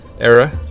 era